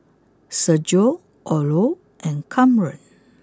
Sergio Orlo and Kamren